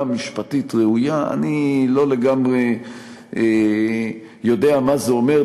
משפטית ראויה"; אני לא לגמרי יודע מה זה אומר.